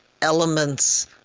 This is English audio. elements